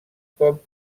com